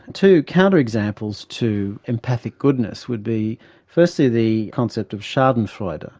two counter examples to empathic goodness would be firstly the concept of schadenfreude, ah